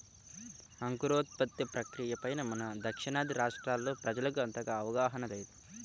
అంకురోత్పత్తి ప్రక్రియ పైన మన దక్షిణాది రాష్ట్రాల్లో ప్రజలకు అంతగా అవగాహన లేదు